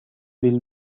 will